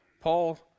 Paul